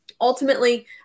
ultimately